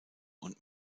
und